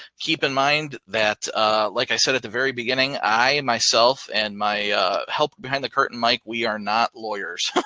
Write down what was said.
keep in mind that like i said at the very beginning i, myself and my help behind the curtain, mike, we are not lawyers.